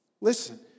Listen